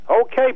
Okay